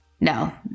No